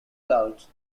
clouds